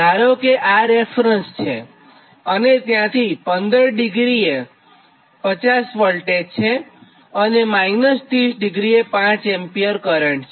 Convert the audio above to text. ધારો કે આ રેફરન્સ છેઅને ત્યાંથી 15° એ 50 V વોલ્ટેજ છે અને 30° એ 5 A કરંટ છે